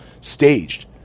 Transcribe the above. staged